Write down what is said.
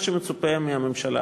מה שמצופה מהממשלה,